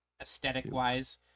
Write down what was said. aesthetic-wise